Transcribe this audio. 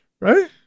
right